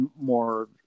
more